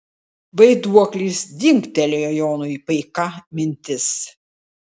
vaiduoklis dingtelėjo jonui paika mintis